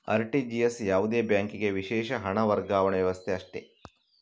RTGS ಯಾವುದೇ ಬ್ಯಾಂಕಿಗೆ ವಿಶೇಷ ಹಣ ವರ್ಗಾವಣೆ ವ್ಯವಸ್ಥೆ ಅಷ್ಟೇ